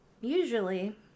Usually